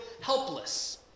helpless